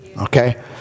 okay